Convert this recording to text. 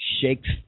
shakes